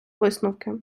висновки